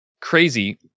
crazy